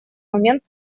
момент